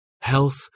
health